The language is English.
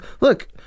look